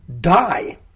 die